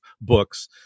books